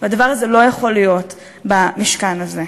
והדבר הזה לא יכול להיות במשכן הזה.